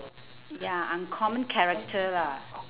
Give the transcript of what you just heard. ya uncommon character lah